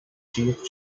chief